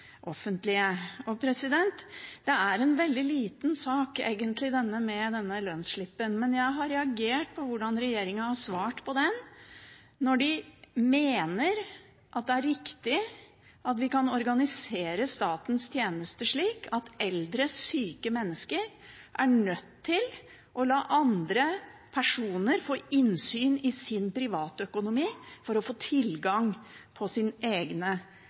offentlige. Det er egentlig en veldig liten sak med denne lønnsslippen. Men jeg har reagert på svaret fra regjeringen, når de mener at det er riktig at vi kan organisere statens tjenester slik at eldre, syke mennesker er nødt til å la andre personer få innsyn i sin privatøkonomi for å få tilgang til sine egne